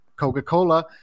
Coca-Cola